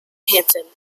hanson